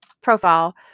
profile